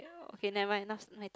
okay never mind now's my turn